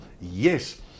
Yes